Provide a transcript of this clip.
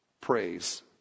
praise